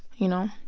you know?